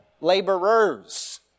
laborers